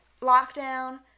lockdown